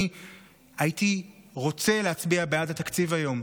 אני הייתי רוצה להצביע בעד התקציב היום,